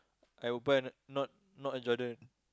I will buy not not a Jordan